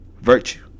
virtue